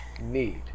need